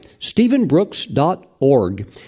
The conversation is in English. stephenbrooks.org